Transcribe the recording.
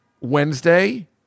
Wednesday